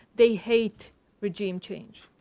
they hate regime change.